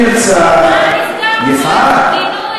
אם נמצא, מה נפגע פה?